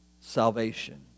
salvation